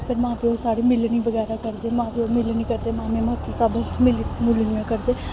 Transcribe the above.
फिर मां प्योऽ सारे मिलनी बगैरा करदे मां प्योऽ मिलनी करदे मामे मासी सब मिलनी मुलनियां करदे